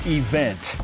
event